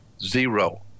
Zero